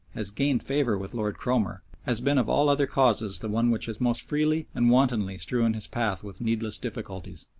has gained favour with lord cromer, has been of all other causes the one which has most freely and wantonly strewn his path with needless difficulties.